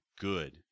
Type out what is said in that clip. good